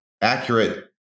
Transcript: accurate